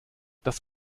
das